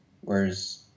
whereas